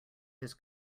his